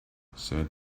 said